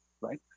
right